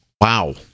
Wow